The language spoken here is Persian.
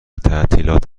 تعطیلات